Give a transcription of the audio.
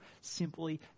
simply